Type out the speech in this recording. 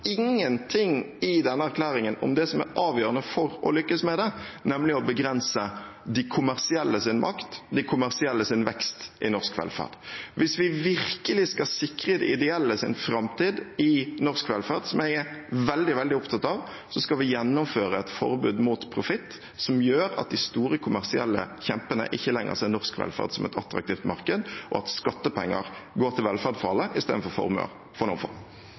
ingenting i denne erklæringen om det som er avgjørende for å lykkes med det, nemlig å begrense de kommersielles makt, de kommersielles vekst i norsk velferd. Hvis vi virkelig skal sikre de ideelles framtid i norsk velferd, som jeg er veldig, veldig opptatt av, skal vi gjennomføre et forbud mot profitt, som gjør at de store kommersielle kjempene ikke lenger ser norsk velferd som et attraktivt marked, og at skattepenger går til velferd for alle i stedet for til formuer for noen